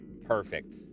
Perfect